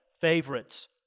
favorites